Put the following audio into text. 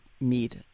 meet